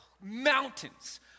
mountains